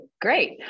great